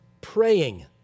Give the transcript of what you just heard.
praying